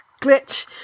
glitch